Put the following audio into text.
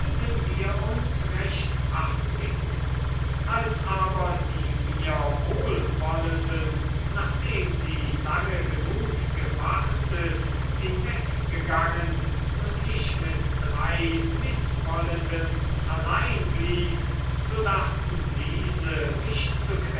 wir uns recht artig als aber die mir wohlwollenden nachdem sie lange genug gewartet hinweggingen und ich mit drei mißwollenden allein blieb so dachten diese